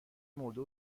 مرده